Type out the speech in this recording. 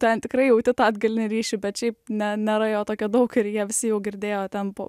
ten tikrai jauti tą atgalinį ryšį bet šiaip ne nėra jo tokio daug ir jie visi jau girdėjo ten po